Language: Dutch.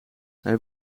hij